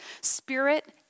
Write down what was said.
spirit